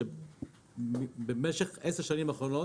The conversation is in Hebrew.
זה שבמשך עשר השנים האחרונות,